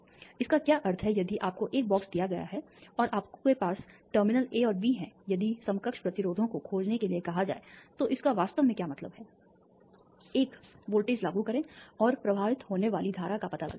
इसका क्या अर्थ है यदि आपको एक बॉक्स दिया गया है और आपके पास टर्मिनल ए और बी हैं यदि समकक्ष प्रतिरोधों को खोजने के लिए कहा जाए तो इसका वास्तव में क्या मतलब है एक वोल्टेज लागू करें और प्रवाहित होने वाली धारा का पता लगाएं